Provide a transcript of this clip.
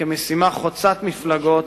כמשימה חוצת מפלגות,